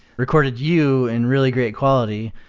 recorded you in really great quality,